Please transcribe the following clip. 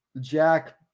Jack